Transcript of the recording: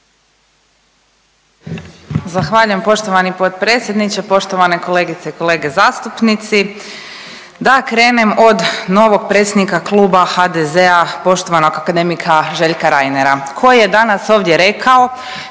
Zahvaljujem poštovani potpredsjedniče, poštovane kolegice i kolege zastupnici. Da krenem od novog predsjednika Kluba HDZ-a poštovanog akademika Željka Reinera koji je danas ovdje rekao,